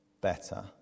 better